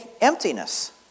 emptiness